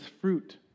fruit